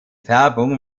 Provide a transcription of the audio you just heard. färbung